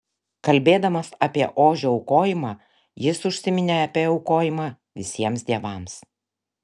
kalbėdamas apie ožio aukojimą jis užsiminė apie aukojimą visiems dievams